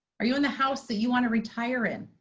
are you in the house that you want to retire in?